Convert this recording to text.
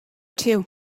too